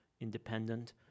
independent